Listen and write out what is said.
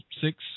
six